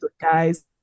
guys